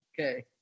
Okay